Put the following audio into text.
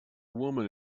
woman